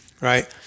right